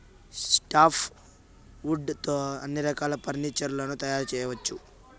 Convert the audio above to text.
soft wood తో అన్ని రకాల ఫర్నీచర్ లను తయారు చేయవచ్చు